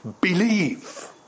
Believe